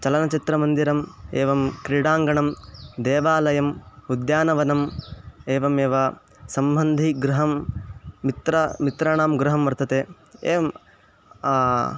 चलनचित्रमन्दिरम् एवं क्रीडाङ्गणं देवालयम् उद्यानवनम् एवमेव सम्बन्धिगृहं मित्रं मित्राणां गृहं वर्तते एवं